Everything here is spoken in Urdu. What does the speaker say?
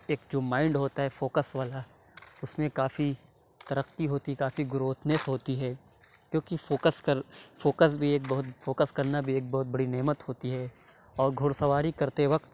ایک جو مائنڈ ہوتا ہے فوکس والا اُس میں کافی ترقی ہوتی کافی گروتھنیس ہوتی ہے کیوں کہ فوکس کر فوکس بھی ایک بہت فوکس کرنا بھی ایک بہت بڑی نعمت ہوتی ہے اور گھوڑا سواری کرتے وقت